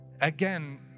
Again